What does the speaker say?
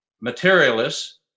materialists